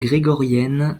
grégorienne